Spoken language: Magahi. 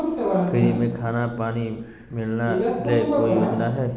फ्री में खाना पानी मिलना ले कोइ योजना हय?